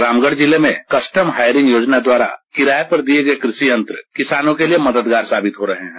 रामगढ़ जिले में custom hiring योजना द्वारा किराए पर दिए गए कृषि यंत्र किसानों के लिए मददगार साबित हो रहे हैं